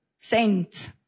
sent